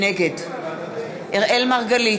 נגד אראל מרגלית,